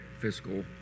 fiscal